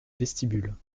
vestibule